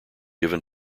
given